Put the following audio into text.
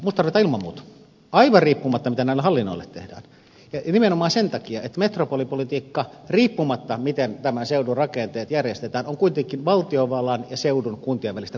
minusta tarvitaan ilman muuta aivan riippumatta siitä mitä näille hallinnoille tehdään ja nimenomaan sen takia että metropolipolitiikka riippumatta siitä miten tämän seudun rakenteet järjestetään on kuitenkin valtiovallan ja seudun kuntien välistä kumppanuutta